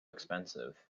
expensive